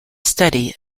study